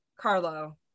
Carlo